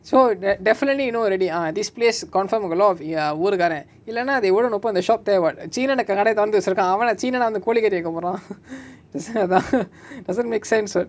so de~ definitely you know already ah this place confirm got a lot of ya ஊர்காரன் இல்லனா:oorkaaran illanaa they wouldn't open the shop there [what] china nakka கடய தொரந்து வச்சிருக்கா அவனா:kadaya thoranthu vachiruka avanaa china lah வந்து கோழி கரி வைக்க போரா:vanthu koli kari vaikka poraa dose அதா:atha err doesn't make sense [what]